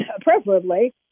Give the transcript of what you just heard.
preferably